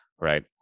Right